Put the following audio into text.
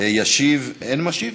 ישיב, אין משיב?